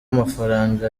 amafaranga